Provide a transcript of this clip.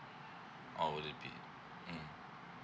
oh would it be mm